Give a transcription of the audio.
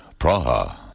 Praha